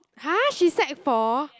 !huh! she sec four